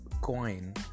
coin